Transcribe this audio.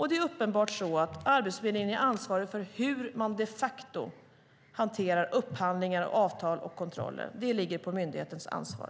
Det är uppenbart så att Arbetsförmedlingen är ansvarig för hur man de facto hanterar upphandlingar, avtal och kontroller. Det ligger på myndighetens ansvar.